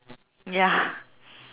ya